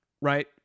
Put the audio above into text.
right